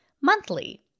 monthly